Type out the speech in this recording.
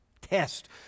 Test